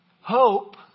Hope